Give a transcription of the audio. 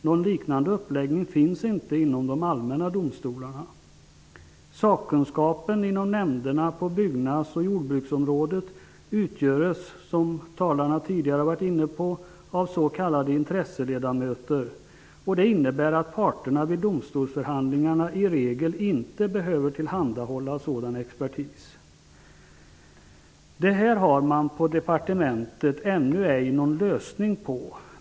Någon liknande uppläggning finns inte inom de allmänna domstolarna. Sakkunskapen inom nämnderna på byggnads och jordbruksområdet utgörs, som tidigare talare har varit inne på, av s.k. intresseledamöter. Det innebär att parterna vid domstolsförhandlingar i regel inte behöver tillhandahålla sådan expertis. Dessa frågor har man på departementet ännu ej någon lösning på.